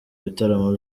ibitaramo